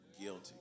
Guilty